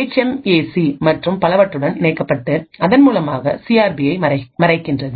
HM A சிமற்றும் பலவற்றுடன் இணைக்கப்பட்டுஅதன் மூலமாக சி ஆர் பியை மறைகின்றது